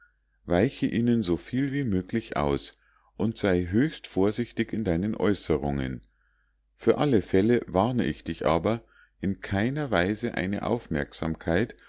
weiche ihnen soviel wie möglich aus und sei höchst vorsichtig in deinen aeußerungen für alle fälle warne ich dich aber in keiner weise eine aufmerksamkeit